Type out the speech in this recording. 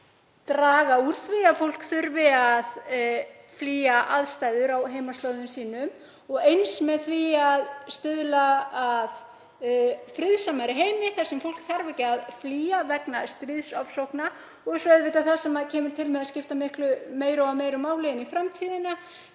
draga úr því að fólk þurfi að flýja aðstæður á heimaslóðum sínum, og eins með því að stuðla að friðsamari heimi þar sem fólk þarf ekki að flýja vegna stríðsofsókna. Svo er það auðvitað það sem kemur til með að skipta meira og meira máli inn í framtíðina,